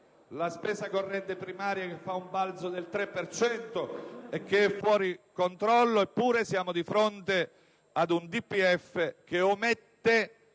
la spesa corrente primaria fa un balzo del 3 per cento ed è fuori controllo. Eppure siamo di fronte ad un DPEF che omette